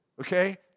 Okay